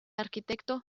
arquitecto